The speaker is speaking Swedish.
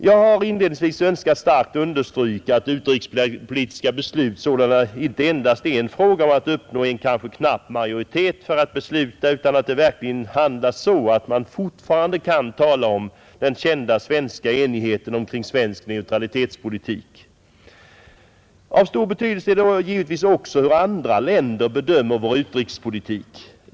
Jag har därför inledningsvis önskat starkt understryka att utrikespolitiska beslut icke endast är en fråga om att uppnå en kanske knapp majoritet för ett beslut utan att verkligen handla så att man fortfarande kan tala om den kända svenska enigheten omkring svensk neutralitetspolitik. Av stor betydelse är givetvis också hur andra länder bedömer vår utrikespolitik.